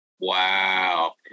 wow